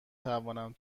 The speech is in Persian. توانم